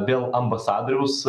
dėl ambasadoriaus